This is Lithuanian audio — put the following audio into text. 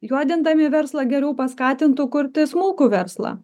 juodindami verslą geriau paskatintų kurti smulkų verslą